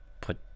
put